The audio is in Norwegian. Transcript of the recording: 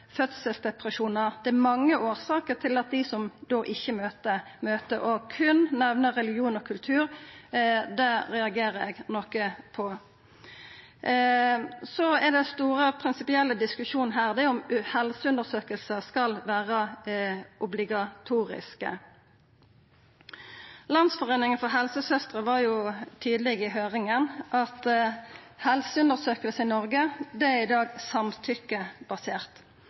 fødselsdepresjonar – det er mange årsaker til at dei ikkje møter. Berre å nemna religion og kultur reagerer eg noko på. Den store og prinsipielle diskusjonen her er om helseundersøkingar skal vera obligatoriske. Landsgruppen for helsesøstre sa tidleg i høyringa at helseundersøkingar i Noreg er i dag samtykkebaserte. Helseministeren slår fast i svaret sitt at all helsehjelp – på helsestasjonen, i skulehelsetenesta – er basert